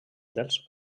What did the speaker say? dels